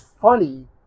funny